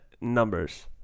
numbers